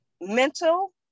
mental